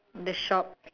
the shop